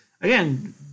again